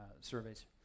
surveys